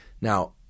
Now